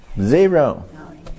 Zero